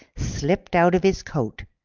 slipped out of his coat,